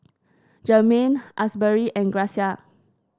Jermaine Asbury and Gracia